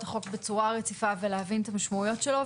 החוק בצורה רציפה ולהבין את המשמעויות שלו.